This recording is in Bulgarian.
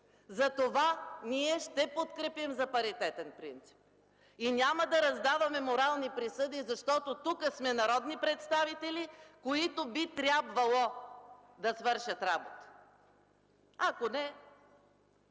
Затова ние ще подкрепим за паритетен принцип. И няма да раздаваме морални присъди, защото тук сме народни представители, които би трябвало да свършат работа! Ако не,